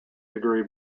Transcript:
degree